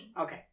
Okay